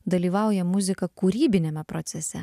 dalyvauja muzika kūrybiniame procese